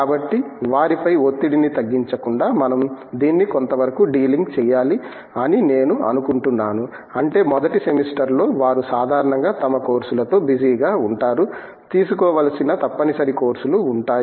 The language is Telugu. కాబట్టి వారిపై ఒత్తిడిని తగ్గించకుండా మనం దీన్ని కొంతవరకు డీలింక్ చేయాలి అని నేను అనుకుంటున్నాను అంటే మొదటి సెమిస్టర్లో వారు సాధారణంగా తమ కోర్సులతో బిజీగా ఉంటారు తీసుకోవలసిన తప్పనిసరి కోర్సులు ఉంటాయి